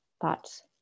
thoughts